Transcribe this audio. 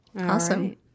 Awesome